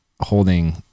holding